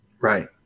Right